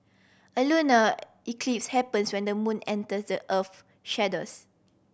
a lunar eclipse happens when the moon enters the earth shadows